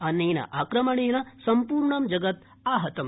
अनेक आक्रमणेन सम्पूर्ण जगत् आहतम्